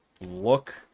look